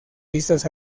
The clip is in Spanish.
vistas